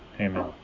Amen